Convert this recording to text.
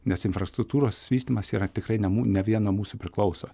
nes infrastruktūros vystymas yra tikrai ne mū ne vien nuo mūsų priklauso